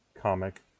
comic